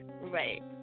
Right